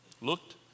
Looked